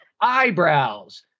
eyebrows